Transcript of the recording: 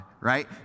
Right